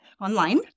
online